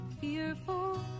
Fearful